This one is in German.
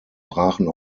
brachen